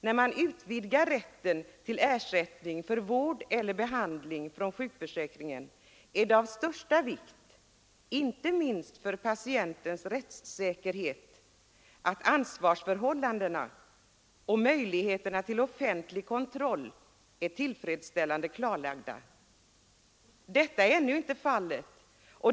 När man utvidgar rätten till ersättning för vård eller behandling från sjukförsäkringen är det av största vikt, inte minst för patientens rättssäkerhet, att ansvarsförhållandena och möjligheterna till offentlig kontroll är tillfreds ställande klarlagda. Detta är ännu inte fallet.